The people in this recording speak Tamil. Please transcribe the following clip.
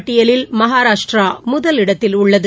பட்டியலில் மகாராஷ்டிரா முதலிடத்தில் உள்ளது